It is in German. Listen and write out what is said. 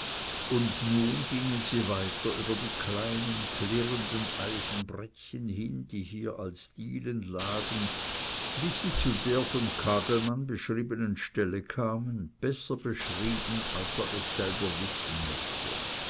und nun gingen sie weiter über die kleinen klirrenden eisenbrettchen hin die hier als dielen lagen bis sie zu der von kagelmann beschriebenen stelle kamen besser beschrieben als er selber wissen mochte